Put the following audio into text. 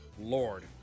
Lord